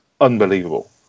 unbelievable